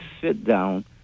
sit-down